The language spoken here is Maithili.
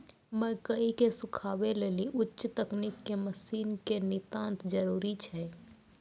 मकई के सुखावे लेली उच्च तकनीक के मसीन के नितांत जरूरी छैय?